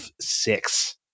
Six